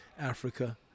Africa